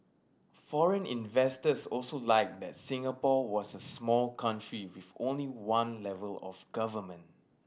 foreign investors also liked that Singapore was a small country with only one level of government